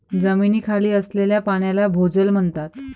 जमिनीखाली असलेल्या पाण्याला भोजल म्हणतात